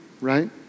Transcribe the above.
right